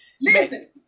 Listen